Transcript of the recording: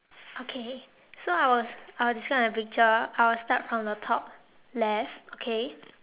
okay so I was uh discuss the picture I will start from the top left okay